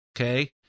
okay